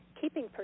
keeping